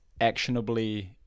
actionably